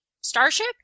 starship